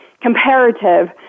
comparative